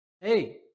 Hey